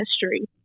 history